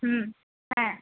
হুম হ্যাঁ